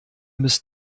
müsst